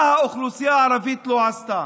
מה האוכלוסייה הערבית לא עשתה?